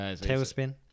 Tailspin